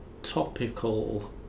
Topical